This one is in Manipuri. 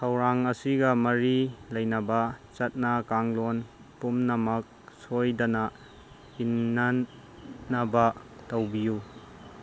ꯊꯧꯔꯥꯡ ꯑꯁꯤꯒ ꯃꯔꯤ ꯂꯩꯅꯕ ꯆꯠꯅ ꯀꯥꯡꯂꯣꯟ ꯄꯨꯝꯅꯃꯛ ꯁꯣꯏꯗꯅ ꯏꯟꯅꯅꯕ ꯇꯧꯕꯤꯌꯨ